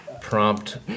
prompt